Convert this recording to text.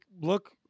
look